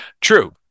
true